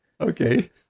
okay